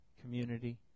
community